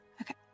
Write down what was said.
okay